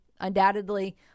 undoubtedly